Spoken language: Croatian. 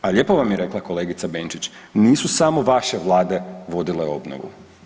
A lijepo vam je rekla kolegica Benčić, nisu samo vaše vlade vodile obnovu.